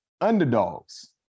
underdogs